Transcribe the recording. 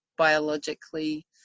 Biologically